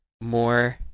more